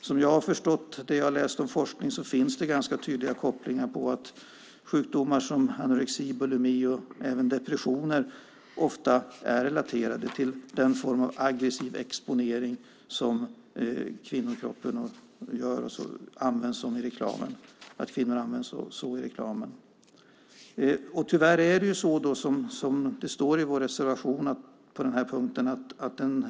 Som jag har förstått det jag läst av forskning finns det ganska tydliga kopplingar till sjukdomar som anorexi, bulimi och även depressioner. De är ofta relaterade till den form av aggressiva exponering av kvinnokroppen som används i reklamen. Tyvärr är det som det står i vår reservation på den här punkten.